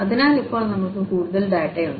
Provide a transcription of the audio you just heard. അതിനാൽ ഇപ്പോൾ നമ്മൾക്ക് കൂടുതൽ ഡാറ്റയുണ്ട്